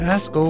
Ask